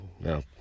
No